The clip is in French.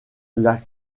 est